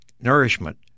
nourishment